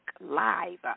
Live